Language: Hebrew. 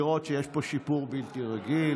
לראות שיש פה שיפור בלתי רגיל.